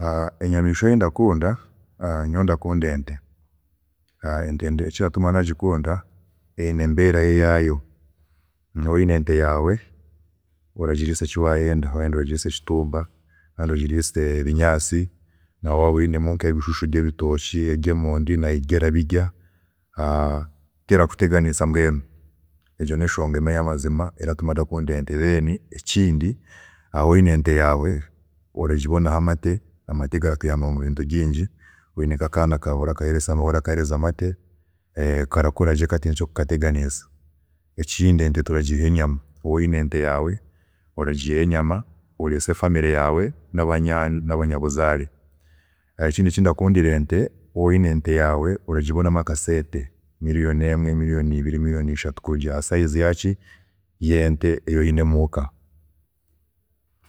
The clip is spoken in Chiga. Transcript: Enyamiishwa eyindakunda nyowe ndakunda ente kandi ekiratuma nagikunda eyine embeera eyaayo, waaba oyine ente yaawe oragiriisa ekiwanyenda, wayenda oragiriisa ekitumba, wayenda oragiriisa ebinyansi, na waaba oyinemu nkebishushu byebitookye nebyemondi nabyo erabirya terakuteganisa mbwenu, egyo neshonga emwe yamazima eratuma ndakunda ente, then ekindi waaba oyine ente yaawe, oragiihamu amate, amate garatuyamba mubintu bingi, waaba oyine akaana kaawe, orakaheereza amate kataine ekirakateganiisa, ekindi, ente turagiihamu enyama, waaba oyine ente yaawe oragiiyaho enyama, oriise family yaawe hamwe naba nabanyabuzaare, kandi ekindi ekindakundira ente, waaba oyine ente yaawe, oragibonamu akasente, million emwe, million ibiri, million ishatu kurugiirira ha size yaaki, yente eyi oyine muuka.